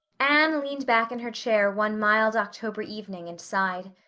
anne leaned back in her chair one mild october evening and sighed.